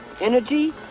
Energy